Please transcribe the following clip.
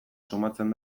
sumatzen